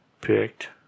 picked